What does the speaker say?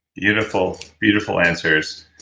beautiful, beautiful answers.